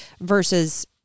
versus